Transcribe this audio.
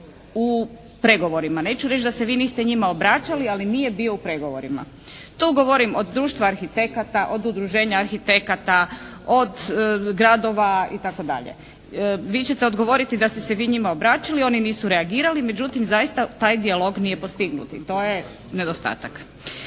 u pregovorima. Neću reći da se vi niste njima obraćali, ali nije bio u pregovorima. Tu govorim od Društva arhitekata, od Udruženja arhitekata, od gradova itd. Vi ćete odgovoriti da ste se vi njima obraćali, oni nisu reagirali. Međutim zaista, taj dijalog nije postignut. To je nedostatak.